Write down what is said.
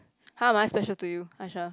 how am I special to you Isha